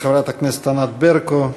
לחברת הכנסת ענת ברקו,